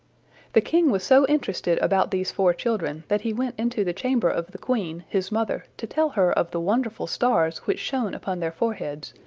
the king was so interested about these four children, that he went into the chamber of the queen, his mother, to tell her of the wonderful stars which shone upon their foreheads,